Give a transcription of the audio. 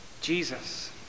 Jesus